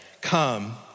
come